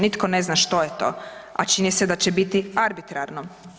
Nitko ne zna što je to, a čini se da će biti arbitrarno.